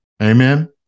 Amen